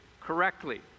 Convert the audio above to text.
correctly